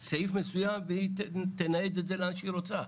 סעיף מסוים והיא תנייד את זה לאן שהיא רוצה.